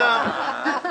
אני מוריד את הכובע.